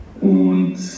Und